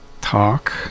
Talk